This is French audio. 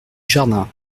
jardin